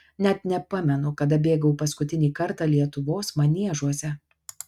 net nepamenu kada bėgau paskutinį kartą lietuvos maniežuose